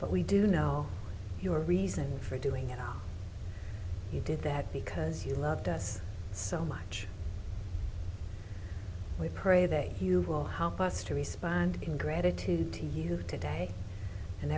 but we do know your reason for doing and you did that because you loved us so much we pray that you will help us to respond in gratitude to you today and